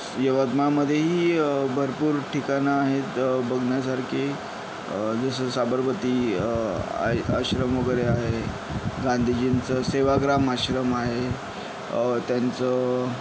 यवतमाळमध्येही भरपूर ठिकाणं आहेत बघण्यासारखी जसं साबरमती आ आश्रम वगैरे आहे गांधीजींचं सेवाग्राम आश्रम आहे त्यांचं